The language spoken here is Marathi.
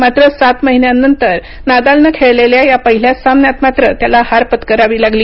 मात्र सात महिन्यानंतर नादालनं खेळलेल्या या पहिल्याच सामन्यात मात्र त्याला हार पत्करावी लागली